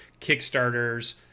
Kickstarters